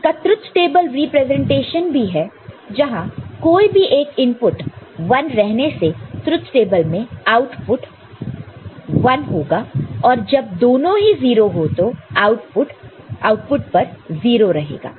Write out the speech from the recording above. इसका truth table representation भी है जहां कोई भी एक इनपुट 1 रहने से ट्रुथ टेबल में आउटपुट पर 1 होगा और जब दोनों ही 0 हो तो आउटपुट पर 0 रहेगा